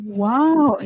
wow